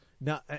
Now